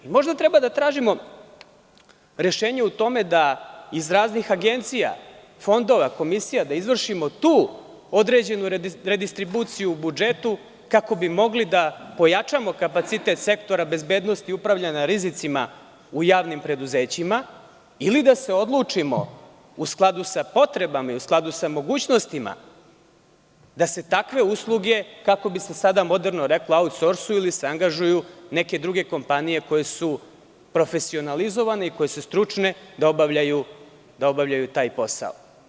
Možda treba da tražimo rešenje u tome da iz raznih agencija, fondova, komisija da izvršimo tu određenu redistribuciju u budžetu kako bismo mogli da pojačamo kapacitet sektora bezbednosti i upravljanja rizicima u javnim preduzećima ili da se odlučimo u skladu sa potrebama i u skladu sa mogućnostima da se takve usluge, kako bi se sada moderno reklo „aut sorsuju“ ili se angažuju neke druge kompanije koje su profesionalizovane i koje su stručne da obavljaju taj posao.